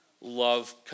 love